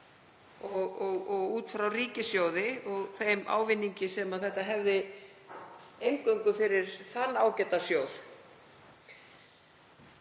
og út frá ríkissjóði og þeim ávinningi sem þetta hefði eingöngu fyrir þann ágæta sjóð.